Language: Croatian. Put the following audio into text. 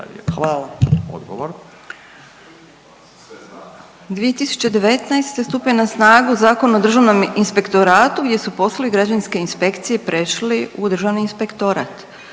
**Magaš, Dunja** 2019. stupio je na snagu Zakon o Državnom inspektoratu gdje su poslovi građevinske inspekcije prešli u Državni inspektorat.